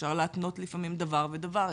אפשר להפנות לפעמים דבר ודבר.